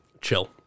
Chill